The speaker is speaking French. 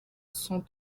sont